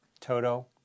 Toto